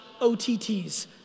OTTs